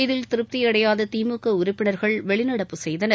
இதில் திருப்தியடையாத திமுக உறுப்பினர்கள் வெளிநடப்பு செய்தனர்